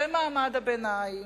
ועל מעמד הביניים.